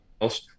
else